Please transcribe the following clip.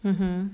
mmhmm